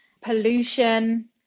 pollution